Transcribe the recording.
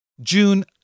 June